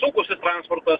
sunkusis transportas